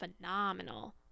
phenomenal